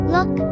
Look